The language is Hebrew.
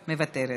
מוותרת,